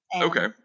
Okay